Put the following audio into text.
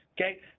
okay